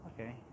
okay